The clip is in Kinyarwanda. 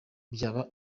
byaba